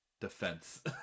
defense